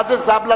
מה זה זבל"א?